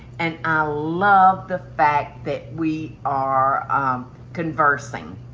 and i love the fact that we are conversing.